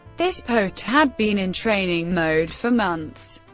this post had been in training mode for months,